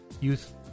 Youth